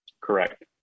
Correct